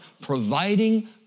providing